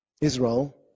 Israel